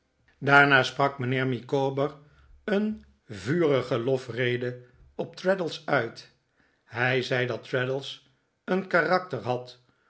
daarna sprak mijnheer micawber een vurige lofrede op traddles uit hij zei dat traddles een karakter had